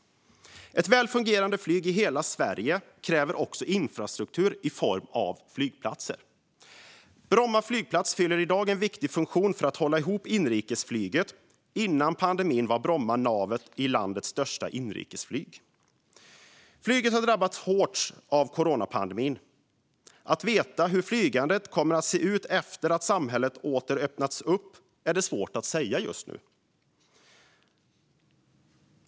Ett väl fungerande flyg i hela Sverige kräver infrastruktur i form av flygplatser. Bromma flygplats fyller i dag en viktig funktion för att hålla ihop inrikesflyget, och innan pandemin var Bromma navet i landets inrikesflyg. Flyget har drabbats hårt av coronapandemin, och hur flygandet kommer att se ut efter att samhället åter öppnats upp är det svårt att säga.